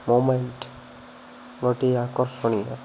moment ଗୋଟିଏ ଆକର୍ଷଣୀୟ